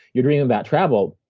you're dreaming about travel,